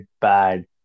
bad